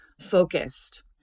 focused